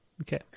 Okay